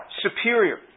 superior